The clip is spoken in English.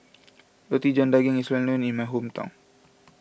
Roti John Daging is well known in my hometown